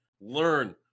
Learn